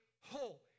whole